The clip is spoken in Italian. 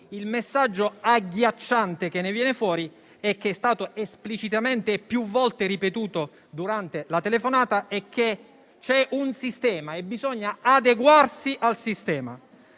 il messaggio agghiacciante che ne viene fuori, che è stato esplicitamente e più volte ripetuto durante la telefonata, è che c'è un sistema e bisogna ad esso adeguarsi.